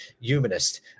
humanist